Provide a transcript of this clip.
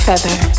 feather